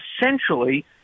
essentially